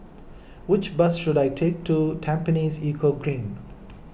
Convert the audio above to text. which bus should I take to Tampines Eco Green